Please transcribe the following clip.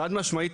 חד משמעית,